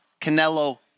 Canelo